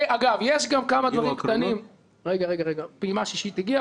פעימה שישית הגיעה,